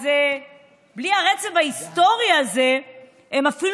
אז זה בלי הרצף ההיסטורי הזה הם אפילו